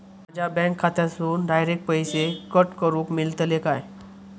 माझ्या बँक खात्यासून डायरेक्ट पैसे कट करूक मेलतले काय?